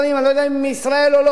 אני לא יודע אם מישראל או לא,